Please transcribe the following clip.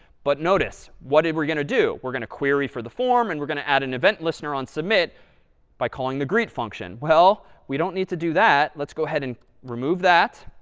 but notice what we're going to do. we're going to query for the form and we're going to add an event listener on submit by calling the greet function. well, we don't need to do that. let's go ahead and remove that.